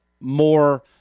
more